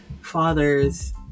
fathers